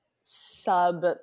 sub